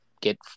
get